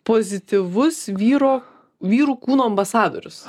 pozityvus vyro vyrų kūno ambasadorius